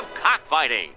Cockfighting